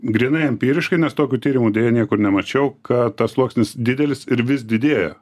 grynai empiriškai nes tokių tyrimų deja niekur nemačiau kad tas sluoksnis didelis ir vis didėja